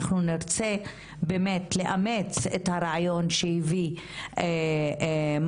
אנחנו נרצה באמת לאמץ את הרעיון שהביא מר